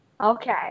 Okay